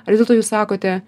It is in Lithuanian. ar vis dėl to jūs sakote